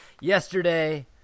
yesterday